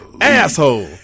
Asshole